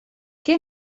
que